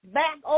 back